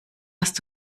hast